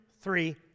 three